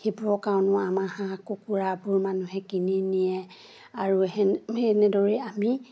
সেইবোৰৰ কাৰণেও আমাৰ হাঁহ কুকুৰাবোৰ মানুহে কিনি নিয়ে আৰু সেনে সেনেদৰেই আমি